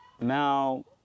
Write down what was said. now